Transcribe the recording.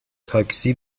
تاکسی